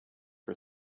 for